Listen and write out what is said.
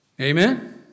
Amen